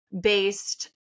based